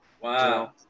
Wow